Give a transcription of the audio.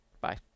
Bye